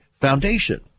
foundation